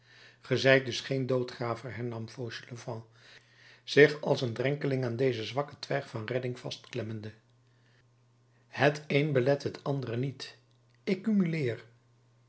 zijt dus geen doodgraver hernam fauchelevent zich als een drenkeling aan deze zwakke twijg van redding vastklemmende het een belet het andere niet